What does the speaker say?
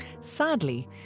Sadly